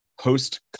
post